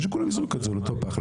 שכולם יזרקו את זה לאותו פח.